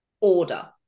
order